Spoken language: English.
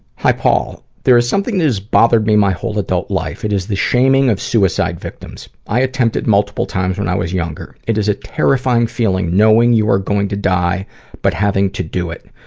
hi paul, there is something that has bothered me my whole adult life. it is the shaming of suicide victims. i attempted multiple times when i was younger. it is a terrifying feeling knowing you are going to die but having to do it.